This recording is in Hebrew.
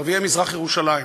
ערביי מזרח-ירושלים,